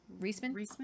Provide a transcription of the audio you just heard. Reisman